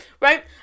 right